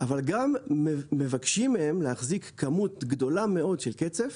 אבל גם מבקשים מהם להחזיק כמות גדולה מאוד של קצף,